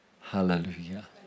Hallelujah